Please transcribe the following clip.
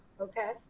Okay